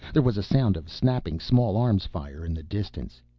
there was a sound of snapping small arms fire in the distance.